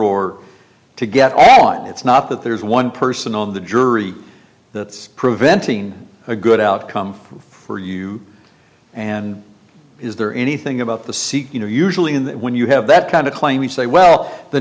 or to get off it's not that there's one person on the jury that's preventing a good outcome for you and is there anything about the sikh you know usually in that when you have that kind of claim we say well the